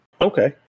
Okay